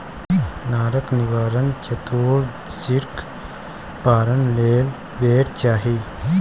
नरक निवारण चतुदर्शीक पारण लेल बेर चाही